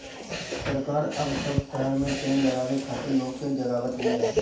सरकार अब सब शहर में पेड़ लगावे खातिर लोग के जगावत बिया